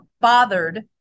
bothered